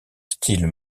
style